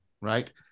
right